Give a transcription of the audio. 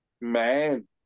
Man